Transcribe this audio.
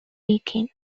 deakin